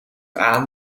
aan